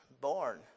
born